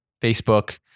Facebook